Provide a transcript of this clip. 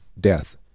death